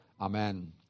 Amen